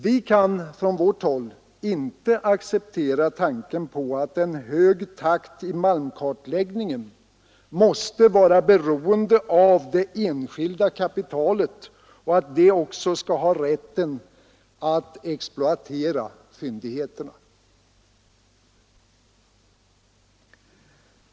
Vi kan från vårt håll inte acceptera tanken på att en hög takt i malmkartläggningen måste vara beroende av att det enskilda kapitalet också skall ha rätten att exploatera malmfyndigheterna.